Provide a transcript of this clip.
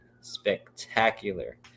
spectacular